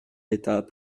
d’état